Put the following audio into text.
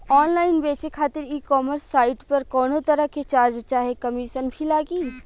Online बेचे खातिर e commerce site पर कौनोतरह के चार्ज चाहे कमीशन भी लागी?